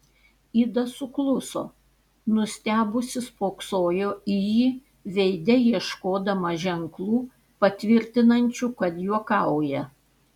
ida sukluso nustebusi spoksojo į jį veide ieškodama ženklų patvirtinančių kad juokauja